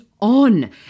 on